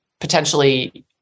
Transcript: potentially